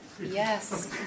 Yes